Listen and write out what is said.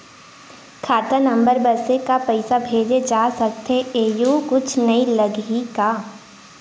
खाता नंबर बस से का पईसा भेजे जा सकथे एयू कुछ नई लगही का?